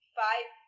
five